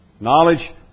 Knowledge